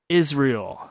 israel